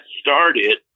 started